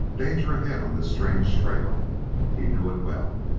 danger ahead on this strange trail he knew it well.